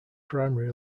primary